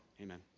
Amen